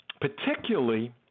particularly